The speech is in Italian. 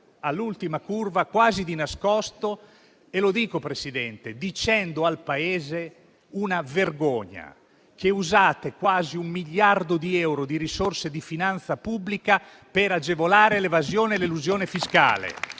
all'ultima curva, quasi di nascosto e - lo dico, Presidente - dicendo al Paese una cosa vergognosa: usate quasi un miliardo di euro di risorse di finanza pubblica per agevolare l'evasione e l'elusione fiscale,